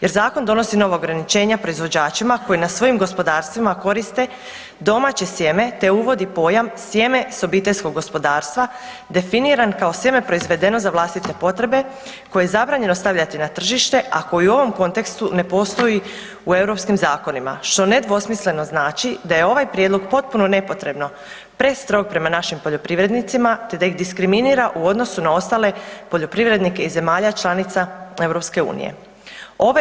Jer zakon donosi nova ograničenja proizvođačima koji na svojim gospodarstvima koriste domaće sjeme te uvodi pojam sjeme s obiteljskog gospodarstva definiran kao sjeme proizvedeno za vlastite potrebe koje je zabranjeno stavljati na tržište, a koje u ovom kontekstu ne postoji u europskim zakonima što nedvosmisleno znači da je ovaj prijedlog potpuno nepotrebno prestrog prema našim poljoprivrednicima te da ih diskriminira u odnosu na ostale poljoprivrednike iz zemalja članica Europske unije.